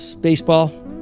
baseball